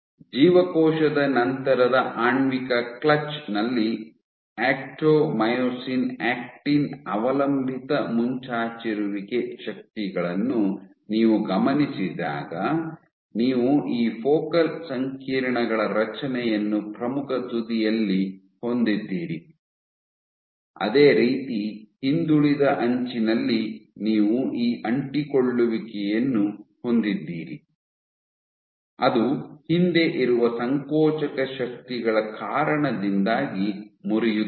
ಜೀವಕೋಶದ ನಂತರದ ಆಣ್ವಿಕ ಕ್ಲಚ್ ನಲ್ಲಿ ಆಕ್ಟೊಮಿಯೊಸಿನ್ ಆಕ್ಟಿನ್ ಅವಲಂಬಿತ ಮುಂಚಾಚಿರುವಿಕೆ ಶಕ್ತಿಗಳನ್ನು ನೀವು ಗಮನಿಸಿದಾಗ ನೀವು ಈ ಫೋಕಲ್ ಸಂಕೀರ್ಣಗಳ ರಚನೆಯನ್ನು ಪ್ರಮುಖ ತುದಿಯಲ್ಲಿ ಹೊಂದಿದ್ದೀರಿ ಅದೇ ರೀತಿ ಹಿಂದುಳಿದ ಅಂಚಿನಲ್ಲಿ ನೀವು ಈ ಅಂಟಿಕೊಳ್ಳುವಿಕೆಯನ್ನು ಹೊಂದಿದ್ದೀರಿ ಅದು ಹಿಂದೆ ಇರುವ ಸಂಕೋಚಕ ಶಕ್ತಿಗಳ ಕಾರಣದಿಂದಾಗಿ ಮುರಿಯುತ್ತದೆ